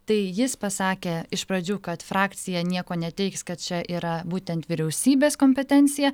tai jis pasakė iš pradžių kad frakcija nieko neteiks kad čia yra būtent vyriausybės kompetencija